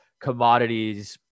commodities